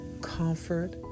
comfort